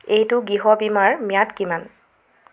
এইটো গৃহ বীমাৰ ম্যাদ কিমান